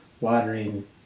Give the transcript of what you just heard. watering